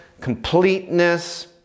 completeness